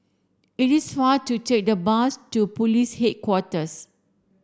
it is far to take the bus to Police Headquarters